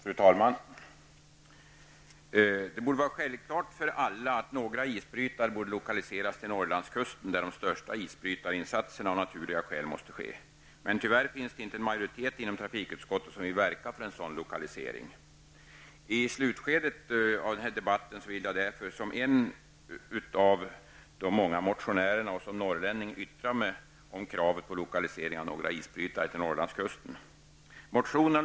Fru talman! Det borde vara självklart för alla att några isbrytare borde lokaliseras till Norrlandskusten, där de största isbrytarinsatserna av naturliga skäl måste ske. Men tyvärr finns det inte en majoritet inom trafikutskottet som vill verka för en sådan lokalisering. I slutskedet av denna debatt vill jag därför, som en av de många motionärerna och som norrlänning, yttra mig om kravet på lokalisering av några isbrytare till Norrlandskusten.